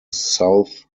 south